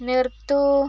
നിർത്തൂ